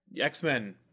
X-Men